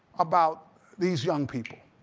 about these young people.